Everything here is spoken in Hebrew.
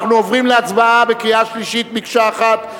אנחנו עוברים להצבעה בקריאה שלישית, מקשה אחת.